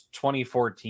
2014